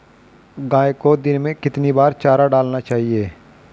गाय को दिन में कितनी बार चारा डालना चाहिए?